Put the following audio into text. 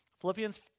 Philippians